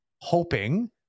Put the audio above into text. hoping